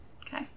Okay